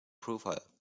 profile